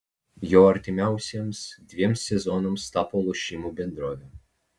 juo artimiausiems dviems sezonams tapo lošimų bendrovė